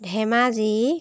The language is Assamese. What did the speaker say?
ধেমাজী